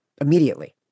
immediately